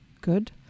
good